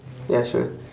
ya sure